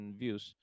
views